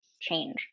change